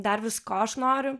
dar vis ko aš noriu